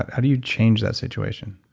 how do you change that situation?